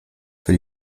für